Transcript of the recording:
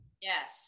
Yes